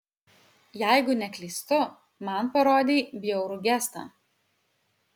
jeigu neklystu man parodei bjaurų gestą